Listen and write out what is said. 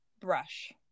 brush